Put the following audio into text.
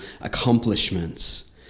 accomplishments